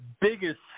biggest